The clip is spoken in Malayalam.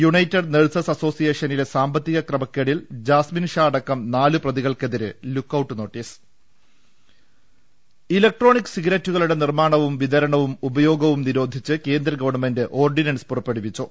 യുണൈറ്റഡ് നഴ്സസ് അസോസിയേഷനിലെ സാമ്പത്തിക ക്രമക്കേടിൽ ജാസ്മിൻഷാ അടക്കം നാലുപേർക്കെതിരെ ലുക്കൌട്ട് നോട്ടീസ് ഇലക്ട്രോണിക് സിഗരറ്റുകളുടെ നിർമാണവും വിതരണവും ഉപയോഗവും നിരോധിച്ച് കേന്ദ്രഗവൺമെന്റ് ഓർഡിനൻസ് പുറ പ്പെടുവിച്ചു